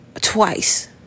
twice